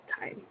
time